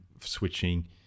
switching